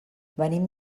venim